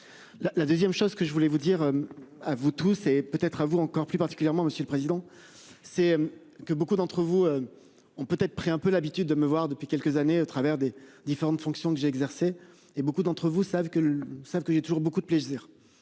La, la 2ème, chose que je voulais vous dire à vous tous et peut être à vous encore plus particulièrement Monsieur. Monsieur le Président, c'est que beaucoup d'entre vous. On peut être pris un peu l'habitude de me voir, depuis quelques années au travers des différentes fonctions que j'ai exercé et beaucoup d'entre vous savez que le savent que j'ai toujours beaucoup de plaisir